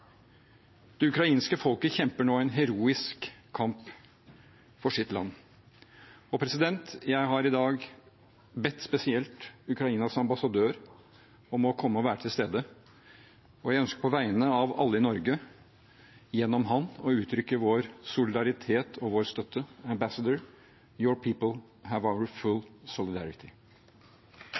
Det ukrainske folket kjemper nå en heroisk kamp for sitt land. Jeg har i dag bedt spesielt Ukrainas ambassadør om å komme og være til stede, og jeg ønsker på vegne av alle i Norge gjennom ham å uttrykke vår solidaritet og vår støtte: Ambassador, your people have our full solidarity.